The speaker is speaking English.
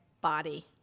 body